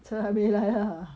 车还没来 lah